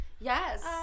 Yes